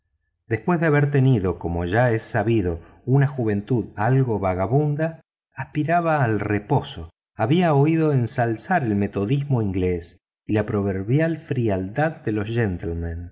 después de haber tenido como ya es sabido una juventud algo vagabunda aspiraba al reposo había oído ensalzar el metodismo inglés y la proverbial frialdad de los